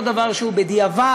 לא דבר שהוא בדיעבד,